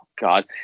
God